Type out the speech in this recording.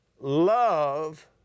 love